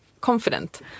confident